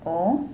oh